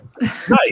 Nice